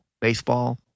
baseball